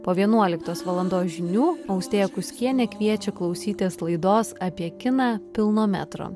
po vienuoliktos valandos žinių austėja kuskienė kviečia klausytis laidos apie kiną pilno metro